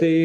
tai